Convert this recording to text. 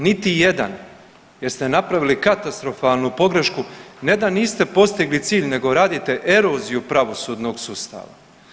Niti jedan, niti jedan jer ste napravili katastrofalnu pogrešku, ne da niste postigli cilj nego radite eroziju pravosudnog sustava.